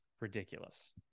ridiculous